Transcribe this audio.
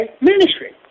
ministry